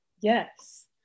Yes